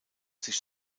sich